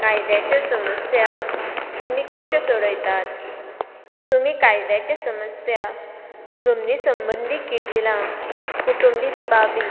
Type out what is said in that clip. कायद्याच्यो समस्या तुमी कश्यो सोडयतात तुमी कायद्याचे समस्या जमनी संबंदी किजिलां कुटुंबीक बाबी